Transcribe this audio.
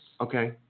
Okay